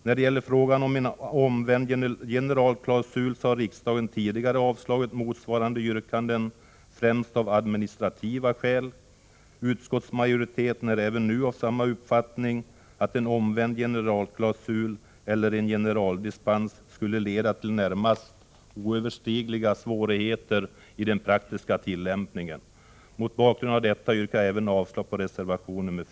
När det gäller frågan om en omvänd generalklausul vill jag framhålla att riksdagen främst av administrativa skäl tidigare har avslagit motsvarande yrkanden. Utskottsmajoriteten är även nu av samma uppfattning, nämligen att en omvänd generalklausul eller en generaldispens skulle leda till närmast oöverstigliga svårigheter i den praktiska tillämpningen. Mot bakgrund av detta yrkar jag avslag även på reservation nr 4.